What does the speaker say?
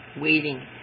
waiting